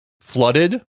flooded